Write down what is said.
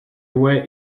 where